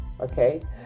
Okay